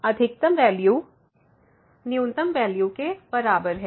इसलिए अधिकतम वैल्यू न्यूनतम वैल्यू के बराबर है